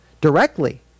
directly